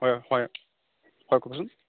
হয় হয় হয় ক'বচোন